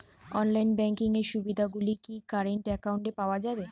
Online banking এর সুবিধে গুলি কি কারেন্ট অ্যাকাউন্টে পাওয়া যাবে?